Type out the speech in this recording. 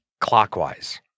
Clockwise